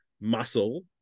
muscle